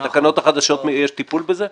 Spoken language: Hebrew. בתקנות החדשות יש טיפול בזה?